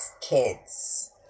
kids